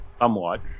somewhat